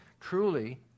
truly